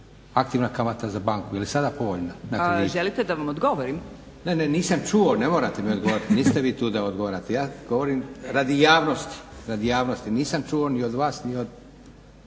Aktivna kamata za banku jeli sada povoljna? **Dalić, Martina (HDZ)** Želite da vam odgovorim? **Leko, Josip (SDP)** Ne, ne nisam čuo ne morate mi odgovoriti. Niste vi tu da odgovarate, ja govorim radi javnosti. Nisam čuo ni od vas ni od.